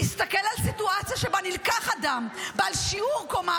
להסתכל על סיטואציה שבה נלקח אדם בעל שיעור קומה